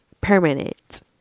permanent